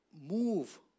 move